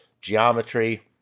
geometry